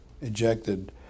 ejected